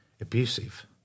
abusive